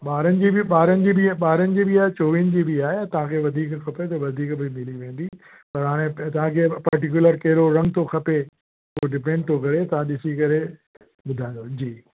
ॿारहनि जी बि ॿारहनि जी बि आहे ॿारहनि जी बि आहे चौवीहनि जी बि आहे तव्हांखे वधीक खपे त वधीक बि मिली वेंदी पर हाणे तव्हांखे पर्टिक्युलर कहिड़ो रंगु थो खपे उहो डिपेंड थो करे तव्हां ॾिसी करे ॿुधाइजो जी